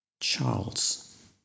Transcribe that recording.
Charles